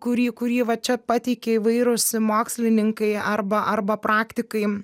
kurį kurį va čia pateikia įvairūs mokslininkai arba arba praktikai